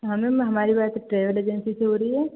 हाँ मैम हमारी बात ट्रैवेल एजेंसी से हो रही है